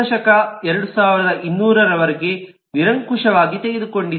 ಶ 2200 ರವರೆಗೆ ನಿರಂಕುಶವಾಗಿ ತೆಗೆದುಕೊಂಡಿದೆ